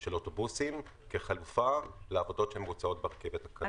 של אוטובוסים כחלופה לעבודות שמבוצעות ברכבת הקלה.